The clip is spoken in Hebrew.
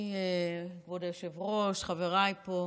כבוד היושב-ראש, חבריי פה,